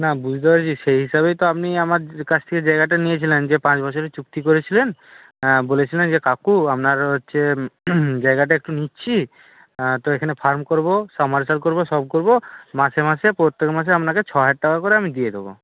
না বুঝতে পেরেছি সেই হিসাবেই তো আপনি আমার কাছ থেকে জায়গাটা নিয়েছিলেন যে পাঁচ বছরের চুক্তি করেছিলেন বলেছিলেন যে কাকু আপনার হচ্ছে জায়গাটা একটু নিচ্ছি তো এখানে ফার্ম করব সাবমার্সিবল করব সব করব মাসে মাসে প্রত্যেক মাসে আপনাকে ছহাজার টাকা করে আমি দিয়ে দেবো